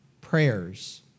prayers